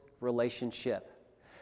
relationship